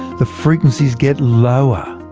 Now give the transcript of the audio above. the frequencies get lower.